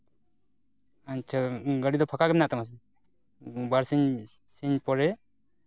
ᱟᱪᱪᱷᱟ ᱜᱟᱹᱰᱤ ᱫᱚ ᱯᱷᱟᱸᱠᱚ ᱜᱮ ᱢᱮᱱᱟᱜ ᱛᱟᱢᱟ ᱥᱮ ᱵᱟᱨ ᱥᱤᱧ ᱥᱤᱧ ᱯᱚᱨᱮ